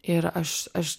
ir aš aš